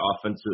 offensive